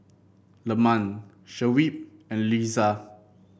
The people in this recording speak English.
Leman Shuib and Lisa